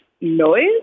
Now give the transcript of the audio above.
noise